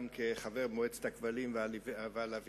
גם כחבר מועצת הכבלים והלוויין,